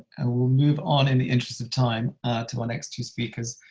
and we'll move on in the interests of time to our next two speakers,